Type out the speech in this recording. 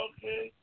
Okay